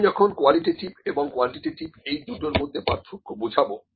আমি এখন কোয়ালিটেটিভ এবং কোয়ান্টিটেটিভ এই দুটোর মধ্যে পার্থক্য বোঝাবো